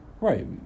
Right